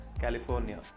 California